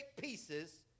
pieces